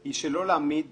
הוא לא משתתף